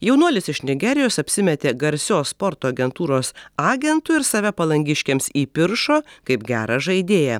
jaunuolis iš nigerijos apsimetė garsios sporto agentūros agentu ir save palangiškiams įpiršo kaip gerą žaidėją